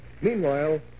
Meanwhile